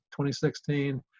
2016